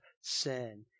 sin